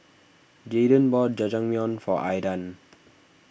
Jaydan bought Jajangmyeon for Aydan